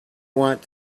want